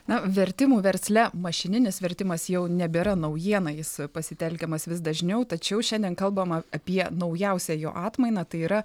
na vertimų versle mašininis vertimas jau nebėra naujiena jis pasitelkiamas vis dažniau tačiau šiandien kalbama apie naujausią jo atmainą tai yra